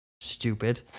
stupid